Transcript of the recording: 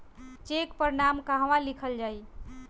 Check पर नाम कहवा लिखल जाइ?